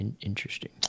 Interesting